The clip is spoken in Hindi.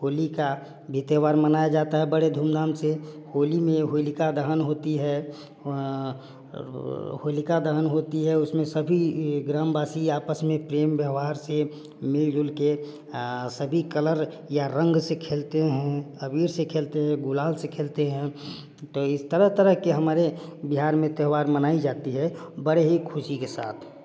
होली का भी त्योहार मनाया जाता है बड़े धूमधाम से होली में ये होलिका दहन होती है होलिका दहन होती है उसमें सभी ग्रामवासी आपस में प्रेम व्यवहार से मिलजुल के सभी कलर या रंग से खेलते हैं अबीर से खेलते हैं गुलाल से खेलते हैं तो इस तरह तरह के हमारे बिहार में त्यौहार मनाई जाती है बड़े ही खुशी के साथ